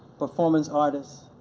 performance artist,